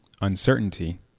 uncertainty